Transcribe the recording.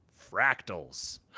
fractals